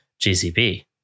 GCP